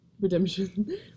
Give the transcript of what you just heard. Redemption